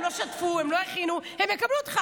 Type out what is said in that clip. הם לא שטפו, הם לא הכינו, הם יקבלו אותך.